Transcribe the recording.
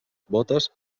bótes